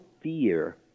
fear